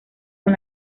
con